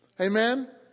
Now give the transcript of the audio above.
Amen